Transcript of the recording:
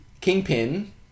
Kingpin